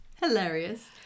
hilarious